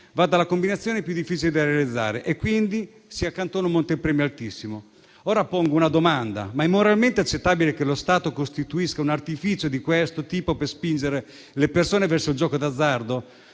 vada alla combinazione più difficile da realizzare e quindi si accantona un montepremi altissimo. Ora pongo una domanda. Ma è moralmente accettabile che lo Stato costituisca un artificio di questo tipo per spingere le persone verso il gioco d'azzardo?